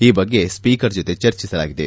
ಈ ಬಗ್ಗೆ ಸ್ವೀಕರ್ ಜೊತೆ ಚರ್ಚಿಸಲಾಗಿದೆ